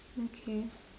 okay